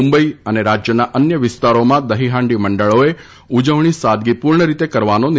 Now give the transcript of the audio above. મુંબઇ અને રાજયના અન્ય વિસ્તારોમાં દહીહાંડી મંડળોએ ઉજવણી સાદગીપૂર્ણ રીતે કરવાનો નિર્ણથ લીધો છે